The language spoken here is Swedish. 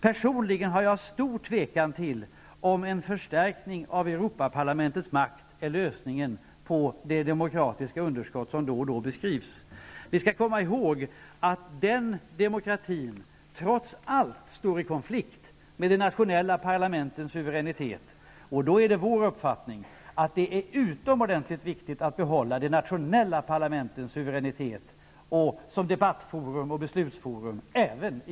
Jag tvivlar personligen på att en förstärkning av Europaparlamentets makt är lösningen på de demokratiska underskott som beskrivs då och då. Den demokratin står trots allt i konflikt med de nationella parlamentens suveränitet. Det är vår uppfattning att det är utomordentligt viktigt att behålla de nationella parlamentens suveränitet som debattforum och beslutsforum även i